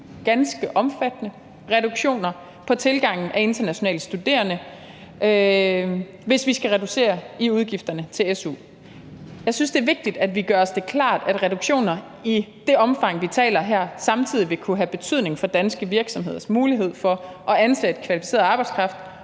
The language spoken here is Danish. ganske omfattende reduktioner i tilgangen af internationale studerende, hvis vi skal reducere udgifterne til su. Jeg synes, det er vigtigt, at vi gør os klart, at reduktioner i det omfang, vi taler om her, samtidig vil kunne have betydning for danske virksomheders mulighed for at ansætte kvalificeret arbejdskraft